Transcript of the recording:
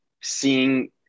seeing